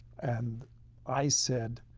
and i said,